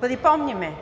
Припомняме,